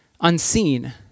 unseen